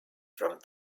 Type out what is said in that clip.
from